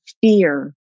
fear